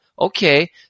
okay